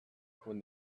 when